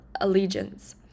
allegiance